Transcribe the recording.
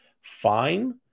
fine